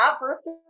First